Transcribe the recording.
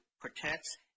protects